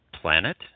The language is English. planet